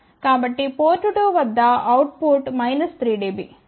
కాబట్టి పోర్ట్ 2 వద్ద output 3 dB